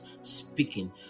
speaking